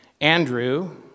Andrew